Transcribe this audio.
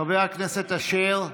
חבר הכנסת אשר,